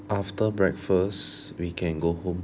after breakfast we can go home